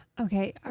Okay